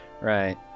right